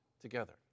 together